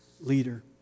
leader